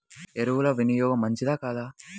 ఎరువుల వినియోగం మంచిదా కాదా?